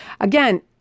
again